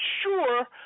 sure